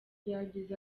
yagize